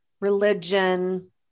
religion